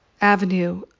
avenue